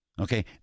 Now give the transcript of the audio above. Okay